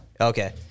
Okay